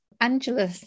Angela